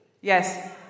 Yes